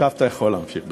עכשיו אתה יכול להמשיך לדבר.